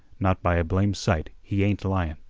not by a blame sight, he ain't lyin'.